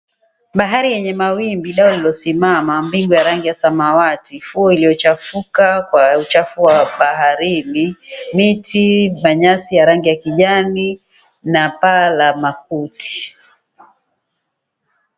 Bahari yenye mawimbi, dau lililosinama, mbingu yenye rangi ya samawati, ua uliochafuka kwa uchafu wa baharini. Miti,